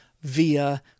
via